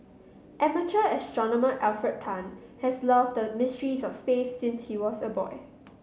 amateur astronomer Alfred Tan has loved the mysteries of space since he was a boy